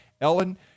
ellen